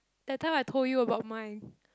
that time I told you about my